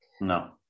No